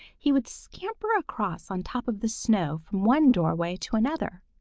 he would scamper across on top of the snow from one doorway to another,